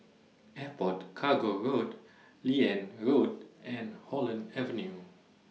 Airport Cargo Road Liane Road and Holland Avenue